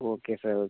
okay sir okay